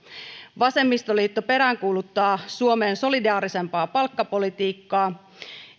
vasemmistoliitto peräänkuuluttaa suomeen solidaarisempaa palkkapolitiikkaa